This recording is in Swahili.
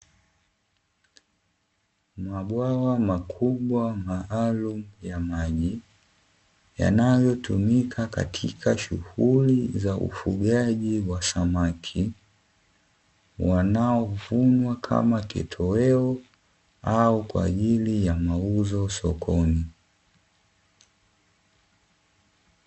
Mabwawa makubwa maalumu ya maji yanayotumika katika shughuli za ufugaji wa samaki, wanaovunwa kama kitoweo au kwa ajili ya mauzo sokoni.